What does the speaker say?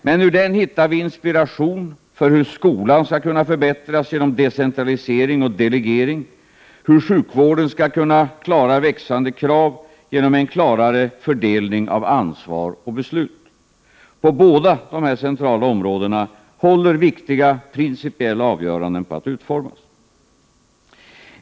Men i den hittar vi inspiration för hur skolan skall kunna förbättras genom decentralisering och delegering, hur sjukvården skall kunna klara växande krav genom en klarare fördelning av ansvar och beslut. På båda dessa centrala områden håller viktiga principiella avgöranden på att utformas.